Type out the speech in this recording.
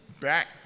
back